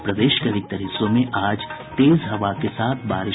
और प्रदेश के अधिकांश हिस्सों में आज तेज हवा के साथ हुई बारिश